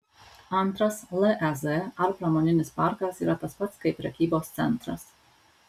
antras lez ar pramoninis parkas yra tas pats kaip prekybos centras